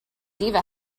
diva